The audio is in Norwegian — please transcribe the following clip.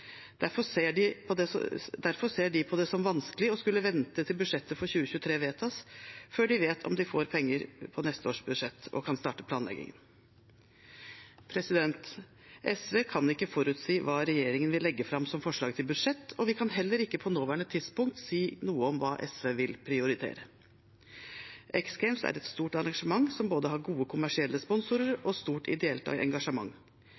Derfor ser de på det som vanskelig å skulle vente til budsjettet for 2023 vedtas før de vet om de får penger på neste års budsjett og kan starte planlegging. SV kan ikke forutsi hva regjeringen vil legge fram som forslag til budsjett, og vi kan heller ikke på nåværende tidspunkt si noe om hva SV vil prioritere. X Games er et stort arrangement som har både gode kommersielle sponsorer og stort ideelt engasjement.